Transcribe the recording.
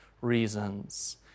reasons